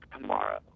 tomorrow